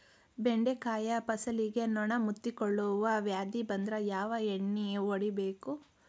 ಬೆಂಡೆಕಾಯ ಫಸಲಿಗೆ ನೊಣ ಮುತ್ತಿಕೊಳ್ಳುವ ವ್ಯಾಧಿ ಬಂದ್ರ ಯಾವ ಎಣ್ಣಿ ಹೊಡಿಯಬೇಕು?